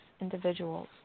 individuals